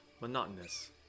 monotonous